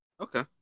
okay